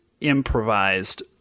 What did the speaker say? improvised